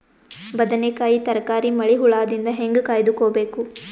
ಬದನೆಕಾಯಿ ತರಕಾರಿ ಮಳಿ ಹುಳಾದಿಂದ ಹೇಂಗ ಕಾಯ್ದುಕೊಬೇಕು?